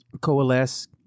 coalesce